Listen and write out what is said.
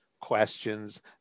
questions